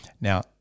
Now